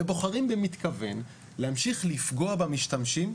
ובוחרים במתכוון להמשיך לפגוע במשתמשים,